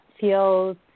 feels